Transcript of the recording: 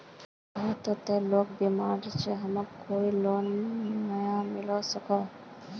हमर घर में ते लोग बीमार है ते हमरा कोई लोन नय मिलबे सके है की?